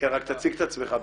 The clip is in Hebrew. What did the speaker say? החינוך?